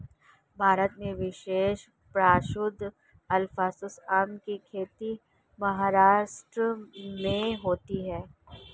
भारत में विश्व प्रसिद्ध अल्फांसो आम की खेती महाराष्ट्र में होती है